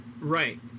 right